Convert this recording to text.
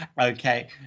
Okay